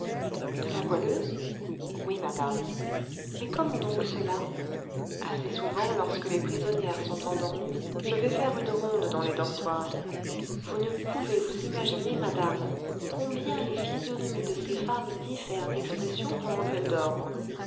de la goualeuse oui madame et comment donc cela assez souvent lorsque les prisonnières sont endormies je vais faire une ronde dans les dortoirs vous ne pouvez vous imaginer madame combien les physionomies de ces femmes différent d'expression pendant qu'elles dorment